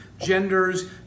genders